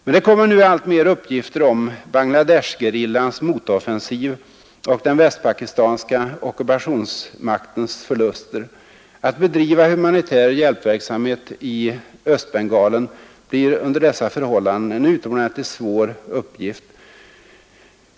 Men det kommer nu alltmer uppgifter om Bangla Desh-gerillans motoffensiv och den västpakistanska ockupationsmaktens förluster. Att bedriva humanitär hjälpverksamhet i Östbengalen blir under dessa förhållanden en utomordentligt svår uppgift.